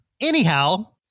Anyhow